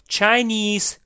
Chinese